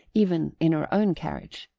even in her own carriage.